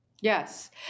Yes